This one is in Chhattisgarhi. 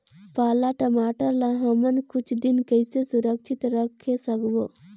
पाला टमाटर ला हमन कुछ दिन कइसे सुरक्षित रखे सकबो?